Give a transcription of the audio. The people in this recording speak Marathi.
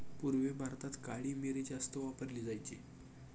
पूर्वी भारतात काळी मिरी जास्त वापरली जायची